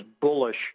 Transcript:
bullish